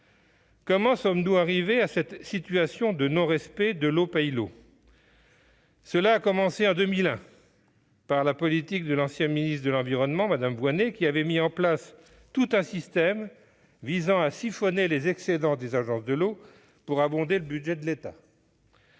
Comment en sommes-nous arrivés à cette situation de non-respect dudit principe ? Cela a commencé en 2010 par la politique de l'ancienne ministre de l'environnement, Dominique Voynet, qui avait mis en place tout un système visant à siphonner les excédents des agences de l'eau pour abonder le budget de l'État.